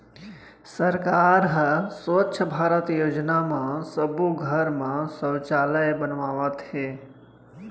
सरकार ह स्वच्छ भारत योजना म सब्बो घर म सउचालय बनवावत हे